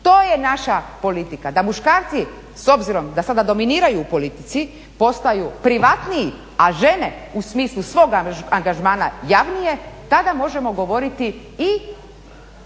To je naša politika, da muškarci s obzirom da sada dominiraju u politici postaju privatniji a žene u smislu svoga angažmana javnije tada možemo govoriti i